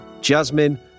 Jasmine